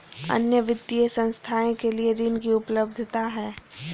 अन्य वित्तीय संस्थाएं के लिए ऋण की उपलब्धता है?